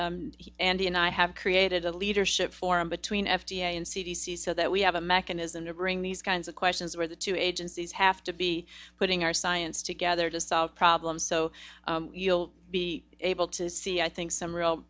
and i have created a leadership forum between f d a and c d c so that we have a mechanism to bring these kinds of questions where the two agencies have to be putting our science together to solve problems so you'll be able to see i think some real